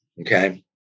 okay